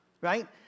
right